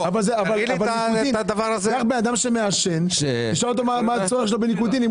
ת תשאל בן אדם שמעשן מה הצורך שלו בניקוטין.